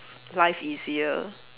life easier